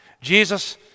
Jesus